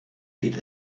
eat